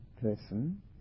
person